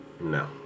No